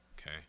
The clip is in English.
okay